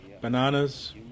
bananas